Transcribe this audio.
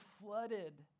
flooded